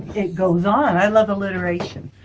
it goes on! i love alliteration.